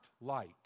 light